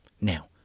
now